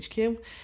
HQ